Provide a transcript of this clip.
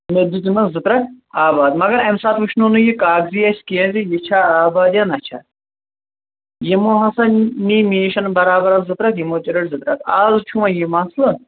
مےٚ تہِ دِیُت یمن زٕ ترٛکھ آباد مگر اَمہِ ساتہٕ وٕچھو نہٕ یہِ کاغزی اَسہِ کینٛہہ یہِ چھا آباد یا نَہ چھا یمو ہسا نیی مےٚ نش برابر زٕ ترٛکھ یمو تہِ رٔٹھۍ زٕ ترٛکھ از چھ وۄنۍ یہِ مسلہٕ